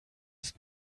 ist